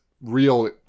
real